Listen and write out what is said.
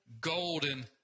golden